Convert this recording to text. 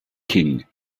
king